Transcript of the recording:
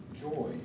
joy